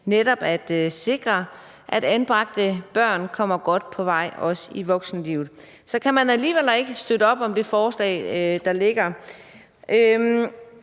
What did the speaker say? nemlig at sikre, at anbragte børn kommer godt på vej, også i voksenlivet, alligevel ikke kan støtte op om det forslag, der ligger.